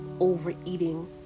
overeating